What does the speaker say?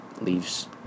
leaves